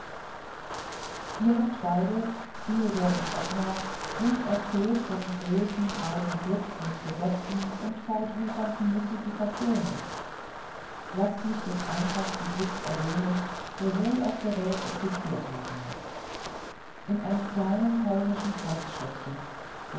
ihr habt beide theodor und ottmar nun erzählt von großen breiten klubs mit gesetzen und fortwuchernden mystifikationen laßt mich des einfachsten klubs erwähnen der wohl auf der welt existiert haben mag in einem kleinen polnischen